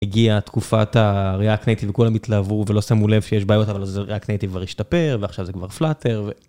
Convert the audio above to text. הגיעה תקופת ה-react native וכולם התלהבו ולא שמו לב שיש בעיות אבל זה-react native כבר השתפר ועכשיו זה כבר פלאטר.